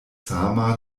sama